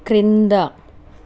క్రింద